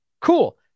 Cool